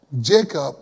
Jacob